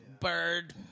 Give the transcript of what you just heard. bird